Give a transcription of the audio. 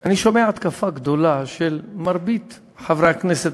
אני שומע התקפה גדולה של מרבית חברי הכנסת,